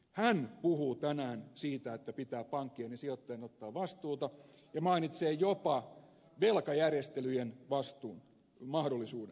hän puhuu tänään siitä että pitää pankkien ja sijoittajien ottaa vastuuta ja mainitsee jopa velkajärjestelyjen mahdollisuuden